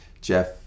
Jeff